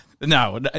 No